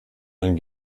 ein